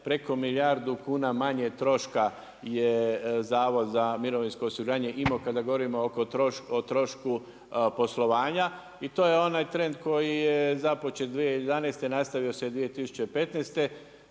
preko milijardu kuna manje troška je Zavod za mirovinsko osiguranje imao kada govorimo o trošku poslovanja i to je onaj trend koji je započet 2011. i nastavio se 2015.